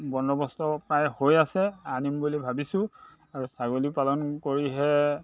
বন্দবস্ত প্ৰায় হৈ আছে আনিম বুলি ভাবিছোঁ আৰু ছাগলী পালন কৰিহে